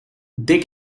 they